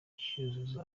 cyuzuzo